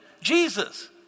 Jesus